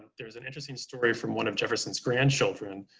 there's an interesting story from one of jefferson's grandchildren,